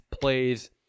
plays